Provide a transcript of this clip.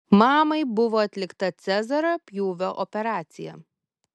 mamai buvo atlikta cezario pjūvio operacija